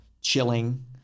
chilling